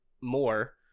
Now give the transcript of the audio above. more